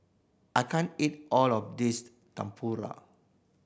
I can't eat all of this Tempura